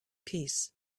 peace